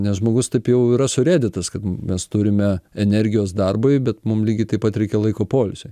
nes žmogus tap jau yra surėdytas kad mes turime energijos darbui bet mum lygiai taip pat reikia laiko poilsiui